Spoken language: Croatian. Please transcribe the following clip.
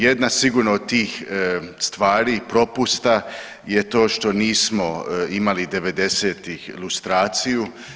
Jedna sigurno od tih stvari, propusta je to što nismo imali '90.-ih lustraciju.